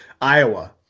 Iowa